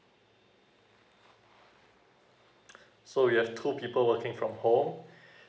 so we have two people working from home